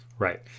Right